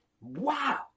Wow